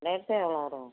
எவ்வளோ வரும்